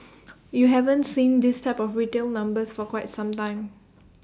you haven't seen this type of retail numbers for quite some time